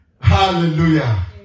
hallelujah